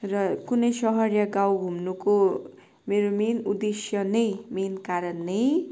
र कुनै सहर या गाउँ घुम्नुको मेरो मेन उद्देश्य नै मेन कारण नै